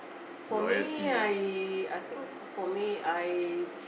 for me I I think for me I